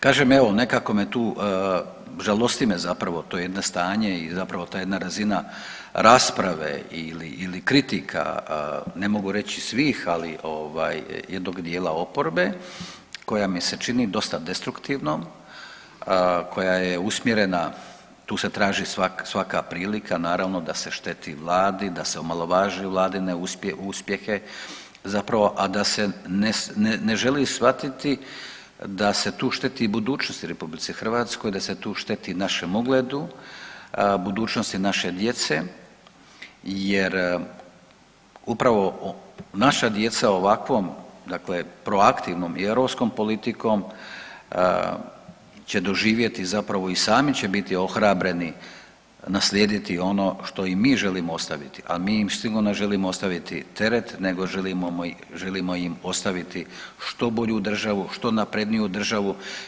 Kažem evo nekako me tu, žalosti me zapravo to jedno stanje i zapravo ta jedna razina rasprave ili, ili kritika, ne mogu reći svih, ali ovaj jednog dijela oporbe koja mi se čini dosta destruktivnom, koja je usmjerena, tu se traži svaka prilika naravno da se šteti vladi, da se omalovaži vladine uspjehe zapravo, a da se ne želi shvatiti da se tu šteti i budućnosti RH, da se tu šteti našem ugledu, budućnosti naše djece jer upravo naša djeca ovakvom dakle proaktivnom i europskom politikom će doživjeti zapravo i sami će biti ohrabreni naslijediti ono što im mi želimo ostaviti, a mi im sigurno ne želimo ostaviti teret nego želimo im ostaviti što bolju državu, što napredniju državu.